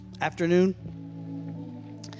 afternoon